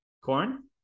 Corn